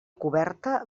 coberta